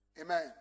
Amen